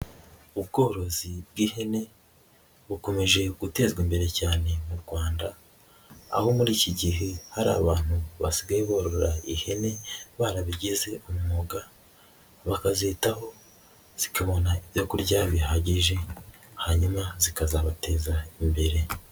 Ubworozi bw'ihene bukomeje gutezwa imbere cyane mu Rwanda, aho muri iki gihe hari abantu basigaye barora ihene barabigize umwuga bakazitaho, zikabona ibyo kurya bihagije hanyuma zikazabateza imbere.